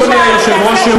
אדוני היושב-ראש,